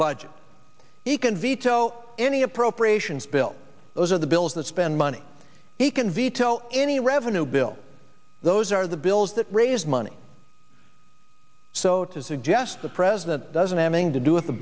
budget he can veto any appropriations bill those are the bills that spend money he can veto any revenue bill those are the bills that raise money so to suggest that president doesn't having to do with the